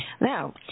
Now